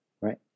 Right